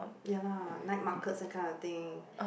ya lah night markets that kind of thing